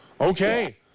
Okay